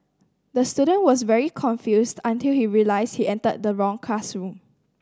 the student was very confused until he realised he entered the wrong classroom